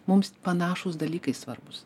mums panašūs dalykai svarbūs